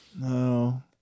No